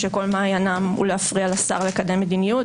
שכל מעיינם הוא להפריע לשר לקדם מדיניות,